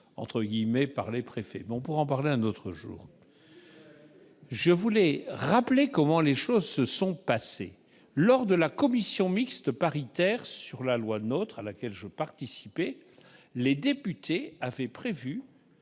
« de force » par les préfets. C'est une réalité ! Nous en reparlerons un autre jour. Je tiens à rappeler comment les choses se sont passées. Lors de la commission mixte paritaire sur la loi NOTRe à laquelle je participais, les députés avaient prévu